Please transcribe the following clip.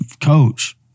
coach